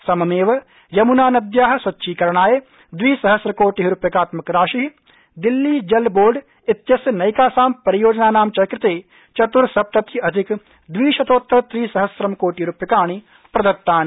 सममेव यम्ना नद्या स्वच्छीकरणाय द्रिसहस्रकोटि रूप्यकात्मक राशि दिल्ली जल बोर्ड इत्यस्य नैकासां परियोजनानां च कृते चत्र्सप्तति अधिक द्विशतोत्तर त्रिसहस्र कोटि रूप्यकाणि प्रदत्तानि